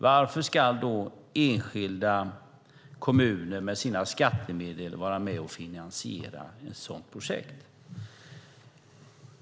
Varför ska då enskilda kommuner med sina skattemedel vara med och finansiera ett sådant projekt?